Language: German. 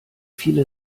viele